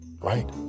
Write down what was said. Right